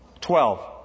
Twelve